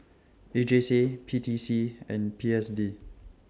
A J C P T C and P S D